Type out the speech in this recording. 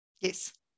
yes